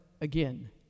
again